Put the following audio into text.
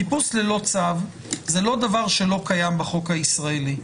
חיפוש ללא צו זה לא דבר שלא קיים בחוק הישראלי.